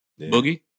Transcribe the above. Boogie